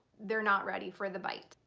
they're not ready for the bite.